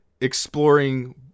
exploring